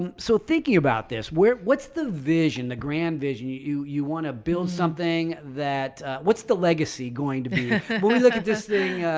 um so thinking about this where what's the vision, the grand vision you you want to build something that what's the legacy going to look at this thing,